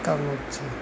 કા જ છે